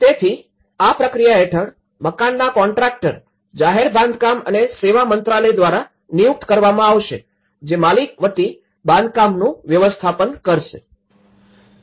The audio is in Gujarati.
તેથી આ પ્રક્રિયા હેઠળ મકાનના કોન્ટ્રાક્ટર જાહેર બાંધકામ અને સેવા મંત્રાલય દ્વારા નિયુક્ત કરવામાં આવશે જે માલિક વતી બાંધકામનું વ્યવસ્થાપન કરશે